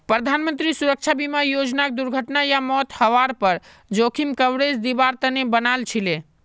प्रधानमंत्री सुरक्षा बीमा योजनाक दुर्घटना या मौत हवार पर जोखिम कवरेज दिवार तने बनाल छीले